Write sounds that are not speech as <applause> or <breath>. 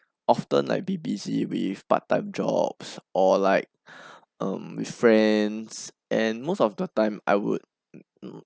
often like B_B_C_ with part time jobs or like <breath> um with friends and most of the time I would <noise> <noise>